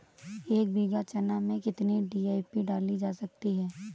एक बीघा चना में कितनी डी.ए.पी डाली जा सकती है?